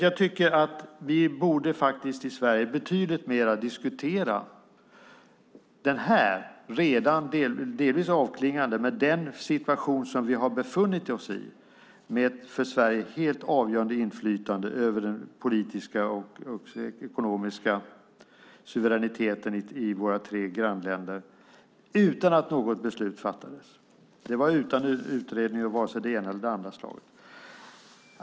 Jag tycker att vi i Sverige mer borde diskutera den, delvis avklingade, situation som vi har befunnit oss i med för Sverige helt avgörande inflytande över den politiska och ekonomiska suveräniteten i våra tre grannländer - utan att något beslut har fattats. Det var utan utredning av vare sig det ena eller det andra slaget.